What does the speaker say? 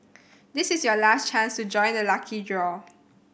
this is your last chance to join the lucky draw